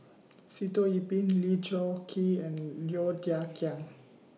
Sitoh Yih Pin Lee Choon Kee and Low Thia Khiang